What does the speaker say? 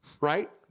right